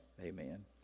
Amen